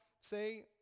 say